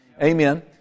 Amen